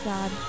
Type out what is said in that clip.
God